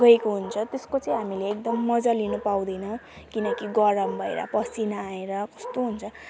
गएको हुन्छ त्यसको चाहिँ हामीले एकदम मज्जा लिनु पाउँदैन किनकि गरम भएर पसिना आएर कस्तो हुन्छ